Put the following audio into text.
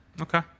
Okay